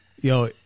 yo